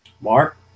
Mark